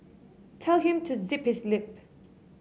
tell him to zip his lip